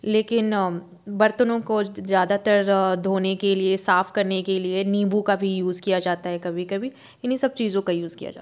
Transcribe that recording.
लेकिन बर्तनों को ज़्यादातर धोने के लिए साफ करने के लिए नींबू का भी यूज किया जाता है कभी कभी इन्हीं सब चीज़ों का यूज किया जाता